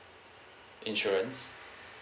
insurance